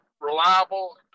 reliable